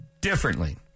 differently